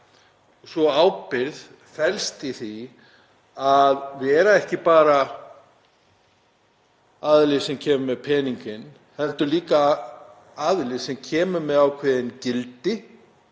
Sú ábyrgð felst í því að vera ekki bara aðili sem kemur með peninginn heldur líka aðili sem kemur með ákveðin gildi